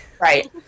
Right